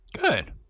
good